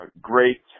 great